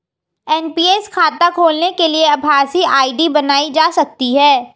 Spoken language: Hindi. एन.पी.एस खाता खोलने के लिए आभासी आई.डी बनाई जा सकती है